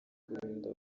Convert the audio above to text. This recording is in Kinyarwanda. kwirinda